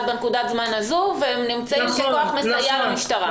בנקודת הזמן הזו והם נמצאים ככוח מסייע למשטרה.